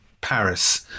Paris